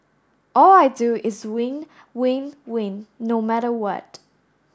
all I do is win win win no matter what